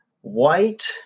white